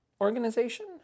organization